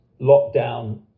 lockdown